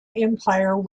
empire